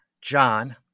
John